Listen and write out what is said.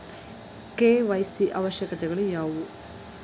KYC ಅವಶ್ಯಕತೆಗಳು ಯಾವುವು?